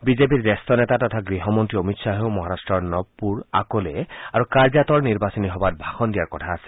বিজেপিৰ জ্যেষ্ঠ নেতা তথা গৃহমন্ত্ৰী অমিত খাহেও মহাৰাট্টৰ নৱপুৰ আকোলে আৰু কাৰজাতৰ নিৰ্বাচনী সভাত ভাষণ দিয়াৰ কথা আছে